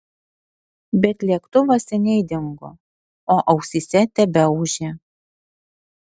bet lėktuvas seniai dingo o ausyse tebeūžė